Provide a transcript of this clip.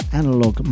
analog